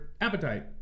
appetite